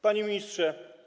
Panie Ministrze!